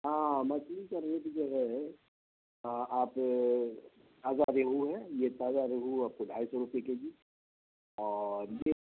ہاں مچھلی کا ریٹ جو ہے آپ تازہ ریہو ہے یہ تازہ ریہو آپ کو ڈھائی سو روپے کے جی اور یہ